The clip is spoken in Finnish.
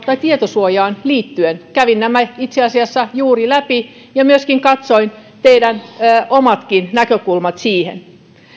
tai tietosuojaan liittyen kävin nämä itse asiassa juuri läpi ja myöskin katsoin teidän omat näkökulmannekin siihen